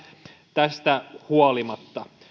tästä huolimatta